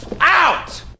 OUT